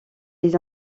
les